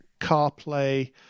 CarPlay